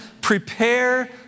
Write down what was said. Prepare